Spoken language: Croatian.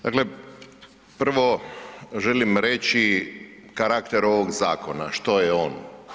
Dakle, prvo želim reći karakter ovog zakona, što je on.